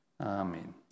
Amen